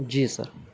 جی سر